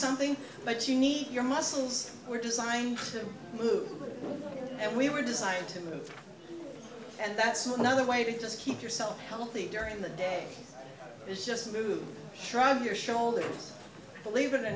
something but you need your muscles were designed to move and we were designed to move and that's another way to just keep yourself healthy during the day is just move shrug your shoulders believe it or